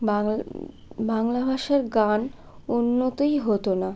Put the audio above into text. বাংলা ভাষায় গান উন্নতই হতো না